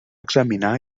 examinar